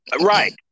Right